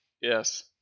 Yes